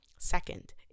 Second